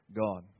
God